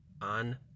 on